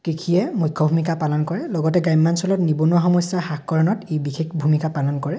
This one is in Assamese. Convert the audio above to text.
কৃষিয়ে মুখ্য ভূমিকা পালন কৰে লগতে গ্ৰাম্যাঞ্চলত নিবনুৱা সমস্যা হ্ৰাসকৰণত ই বিশেষ ভূমিকা পালন কৰে